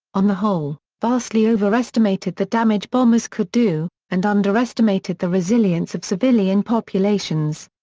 on the whole, vastly overestimated the damage bombers could do, and underestimated the resilience of civilian populations.